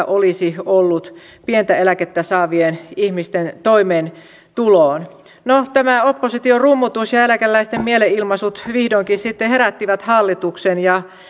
olisi ollut pientä eläkettä saavien ihmisten toimeentuloon no tämä opposition rummutus ja eläkeläisten mielenilmaisut vihdoinkin sitten herättivät hallituksen ja